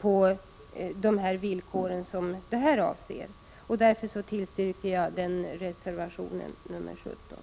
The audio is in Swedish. på de här aktuella villkoren. Jag tillstyrker därför reservation 17.